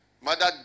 mother